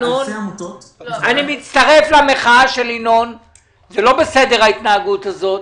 זה לא בסדר ההתנהגות הזאת,